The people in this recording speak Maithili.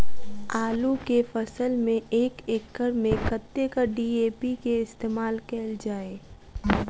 आलु केँ फसल मे एक एकड़ मे कतेक डी.ए.पी केँ इस्तेमाल कैल जाए?